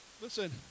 Listen